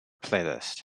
playlist